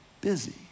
busy